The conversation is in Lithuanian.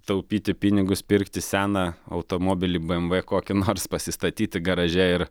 taupyti pinigus pirkti seną automobilį bmw kokį nors pasistatyti garaže ir